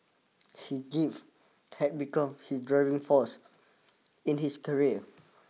he give had become his driving force in his career